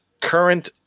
current